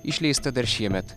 išleista dar šiemet